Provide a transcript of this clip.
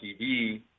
TV